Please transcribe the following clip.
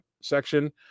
section